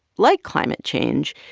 like climate change,